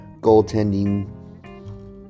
goaltending